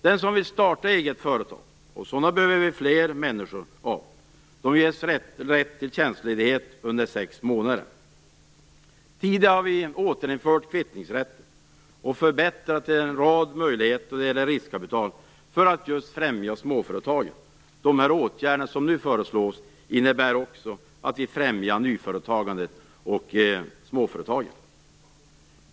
Den som vill starta eget företag - och sådana människor behöver vi fler av - ges rätt till tjänstledighet under sex månader. Tidigare har vi återinfört kvittningsrätten och förbättrat en rad möjligheter när det gäller riskkapital för att just främja småföretagen. De åtgärder som nu föreslås innebär också att vi främjar nyföretagande och småföretag.